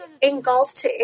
engulfed